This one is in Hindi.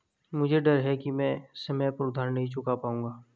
मुझे डर है कि मैं समय पर उधार नहीं चुका पाऊंगा